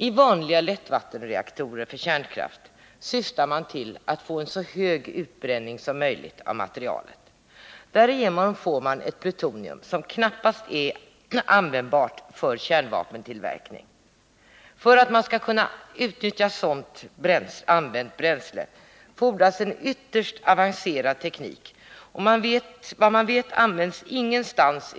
I vanliga lättvattenreaktorer för kärnkraft syftar man till att få en så hög utbränning som möjligt av materialet. Därigenom får man ett plutonium som knappast är användbart för kärnvapentillverkning. För att man skall kunna utnyttja sådant använt bränsle fordras en ytterligt avancerad teknik, och vad man vet används i dag ingenstans